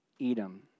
Edom